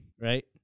right